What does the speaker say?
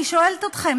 אני שואלת אתכם.